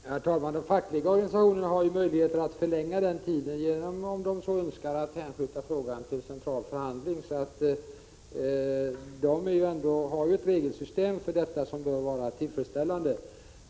Herr talman! De fackliga organisationerna har ju möjligheten att förlänga den tiden, om de så önskar, genom att hänskjuta frågan till central förhandling. Det finns ett regelsystem för detta som bör vara tillfredsställande.